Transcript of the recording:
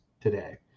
today